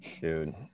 dude